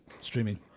Streaming